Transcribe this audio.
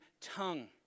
tongue